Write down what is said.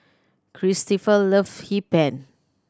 Cristofer love Hee Pan